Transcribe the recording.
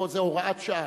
זו הוראת שעה.